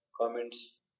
comments